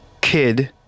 kid